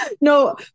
no